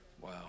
Wow